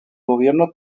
gobierno